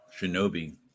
Shinobi